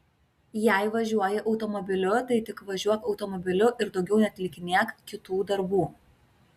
jei važiuoji automobiliu tai tik važiuok automobiliu ir daugiau neatlikinėk kitų darbų